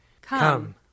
Come